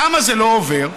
למה זה לא עובר?